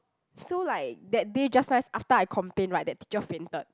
so like that day just nice after I complained right that teacher fainted